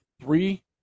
Three